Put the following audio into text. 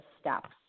steps